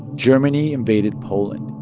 germany invaded poland.